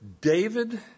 David